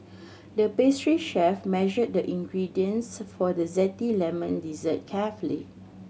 the pastry chef measured the ingredients for the zesty lemon dessert carefully